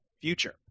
future